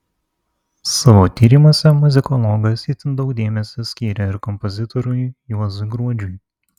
savo tyrimuose muzikologas itin daug dėmesio skyrė ir kompozitoriui juozui gruodžiui